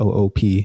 OOP